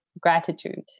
gratitude